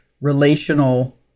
relational